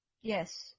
Yes